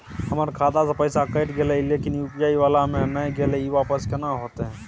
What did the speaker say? हमर खाता स पैसा कैट गेले इ लेकिन यु.पी.आई वाला म नय गेले इ वापस केना होतै?